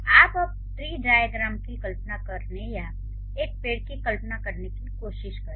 आप सब एक ट्री डाइअग्रैम की कल्पना करने या एक पेड़ की कल्पना करने की कोशिश करें